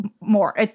more